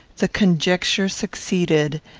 the conjecture succeeded,